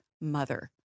mother